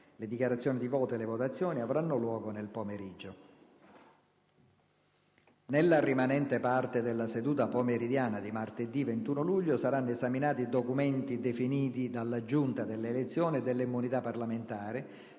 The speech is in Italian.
Le dichiarazioni di voto e le votazioni avranno luogo nel pomeriggio. Nella rimanente parte della seduta pomeridiana di martedì 21 luglio saranno esaminati documenti definiti dalla Giunta delle elezioni e delle immunità parlamentari